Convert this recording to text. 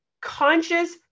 conscious